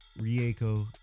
Rieko